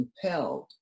compelled